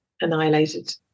annihilated